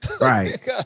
Right